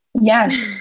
Yes